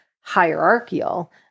hierarchical